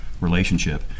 relationship